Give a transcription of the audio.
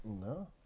No